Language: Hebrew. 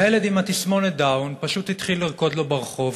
והילד עם התסמונת דאון פשוט התחיל לרקוד לו ברחוב,